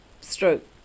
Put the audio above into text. stroke